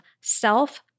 self